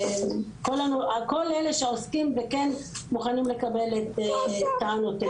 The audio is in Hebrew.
ולכל אלה שעוסקים וכן מוכנים לקבל את טענותינו.